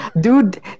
Dude